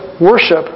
worship